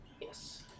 Yes